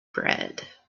bread